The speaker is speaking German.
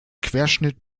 querschnitt